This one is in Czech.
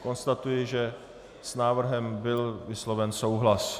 Konstatuji, že s návrhem byl vysloven souhlas.